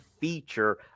feature